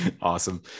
Awesome